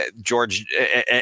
George